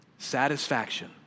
Satisfaction